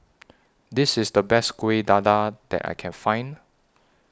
This IS The Best Kuih Dadar that I Can Find